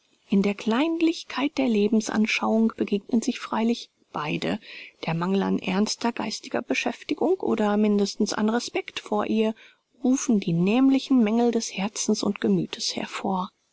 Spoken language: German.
in der kleinlichkeit der lebensanschauung begegnen sich freilich beide der mangel an ernster geistiger beschäftigung oder mindestens an respekt vor ihr rufen die nämlichen mängel des herzens und gemüthes hervor